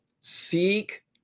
seek